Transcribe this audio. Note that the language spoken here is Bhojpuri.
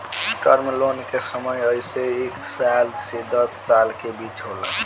टर्म लोन के समय अइसे एक साल से दस साल के बीच होला